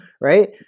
right